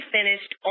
finished